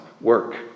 work